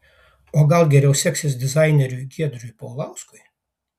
o gal geriau seksis dizaineriui giedriui paulauskui